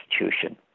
institution